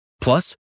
Plus